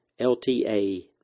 LTA